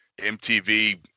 MTV